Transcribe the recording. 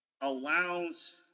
allows